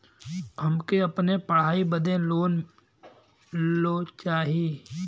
हमके अपने पढ़ाई बदे लोन लो चाही?